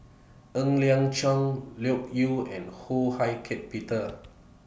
Ng Liang Chiang Loke Yew and Ho Hak Ean Peter